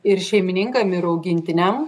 ir šeimininkam ir augintiniam